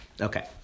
Okay